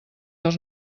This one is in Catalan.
els